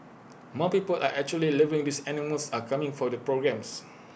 more people are actually living these animals and coming for the programmes